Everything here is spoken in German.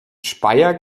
speyer